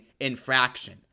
infraction